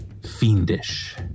fiendish